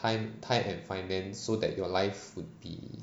time time and finance so that your life would be